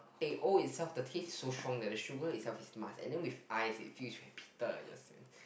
they all itself the taste so strong that the sugar itself is must and then with ice it fused with bitter